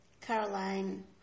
Caroline